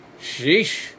Sheesh